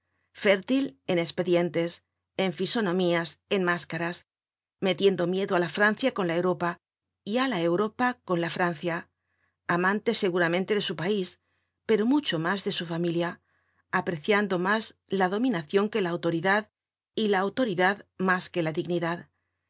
fértil en espedientes en fisonomías en máscaras metiendo miedo á la francia con la europa y á la europa con la francia amante seguramente de su pais pero mucho mas de su familia apreciando mas la dominacion que la autoridad y la autoridad mas que la dignidad